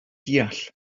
deall